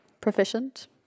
proficient